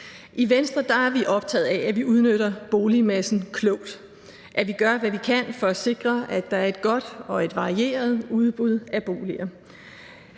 I Venstre er vi optaget af, at vi udnytter boligmassen klogt, og at vi gør, hvad vi kan for at sikre, at der er et godt og et varieret udbud af boliger.